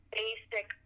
basic